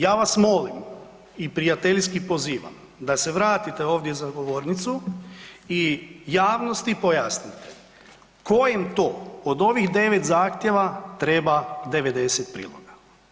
Ja vas molim i prijateljski pozivam da se vratite ovdje za govornicu i javnosti pojasnite kojim to od ovih devet zahtjeva treba 90 priloga.